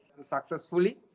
successfully